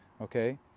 okay